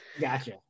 Gotcha